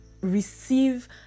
receive